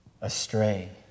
astray